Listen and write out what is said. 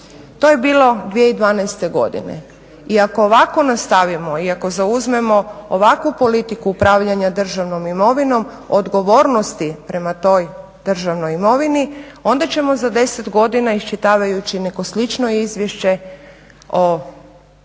To je bilo 2012. godine i ako ovako nastavimo i ako zauzmemo ovakvu politiku upravljanja državnom imovinom, odgovornosti prema toj državnoj imovini, onda ćemo za 10 godina iščitavajući neko slično Izvješće